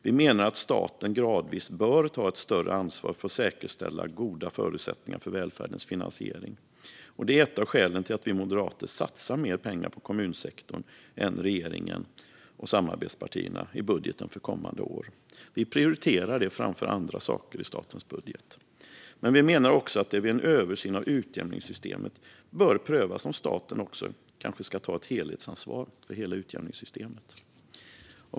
Vi menar att staten gradvis bör ta ett större ansvar för att säkerställa goda förutsättningar för välfärdens finansiering. Detta är ett av skälen till att vi moderater i budgeten för kommande år satsar mer pengar på kommunsektorn än regeringen och samarbetspartierna. Vi prioriterar detta framför andra saker i statens budget. Men vi menar också att det vid en översyn av utjämningssystemet bör prövas om staten kanske ska ta ett helhetsansvar för hela systemet.